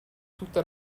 tutta